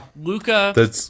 Luca